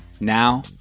Now